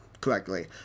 correctly